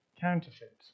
counterfeit